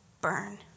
burn